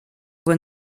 voix